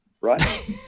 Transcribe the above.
Right